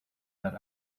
that